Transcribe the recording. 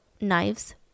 knives